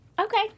Okay